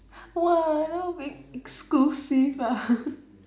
!wah! now I'll be exclusive ah